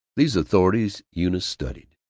these authorities eunice studied.